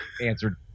answered